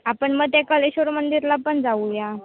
आपण मग त्या कलेश्वर मंदिरला पण जाऊया